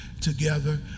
together